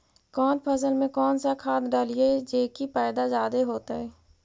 कौन फसल मे कौन सा खाध डलियय जे की पैदा जादे होतय?